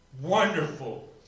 Wonderful